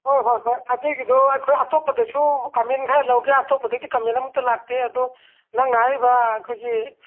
ꯍꯣꯏ ꯍꯣꯏ ꯍꯣꯏ ꯑꯗꯨꯒꯤꯗꯣ ꯑꯩꯈꯣꯏ ꯑꯇꯣꯞꯄꯗꯩꯁꯨ ꯀꯃꯦꯟ ꯈꯔ ꯂꯧꯒꯦ ꯑꯇꯣꯞꯄꯗꯒꯤ ꯀꯃꯦꯟ ꯑꯃꯇ ꯂꯥꯛꯇꯦ ꯑꯗꯣ ꯅꯪꯅ ꯍꯥꯏꯔꯤꯕ ꯑꯩꯈꯣꯏꯒꯤ